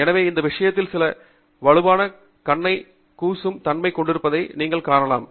எனவே இந்த விஷயத்தில் சில வலுவான கண்ணை கூசும் தன்மை கொண்டிருப்பதை நீங்கள் காணலாம்